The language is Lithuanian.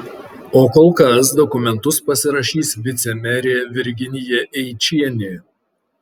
o kol kas dokumentus pasirašys vicemerė virginija eičienė